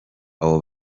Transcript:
abo